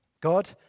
God